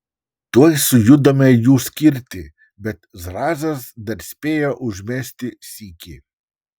tuoj sujudome jų skirti bet zrazas dar spėjo užmesti sykį